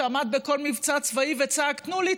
שעמד בכל מבצע צבאי וצעק: תנו לי,